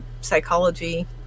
psychology